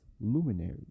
luminaries